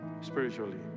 spiritually